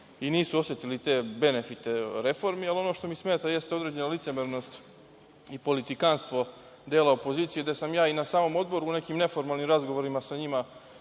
i nisu osetili te benefite reformi, ali ono što mi smeta jeste određena licemernost i politikanstvo dela opozicije. Na samom Odboru, u nekim neformalnim razgovorima sa njima,